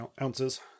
ounces